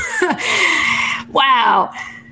wow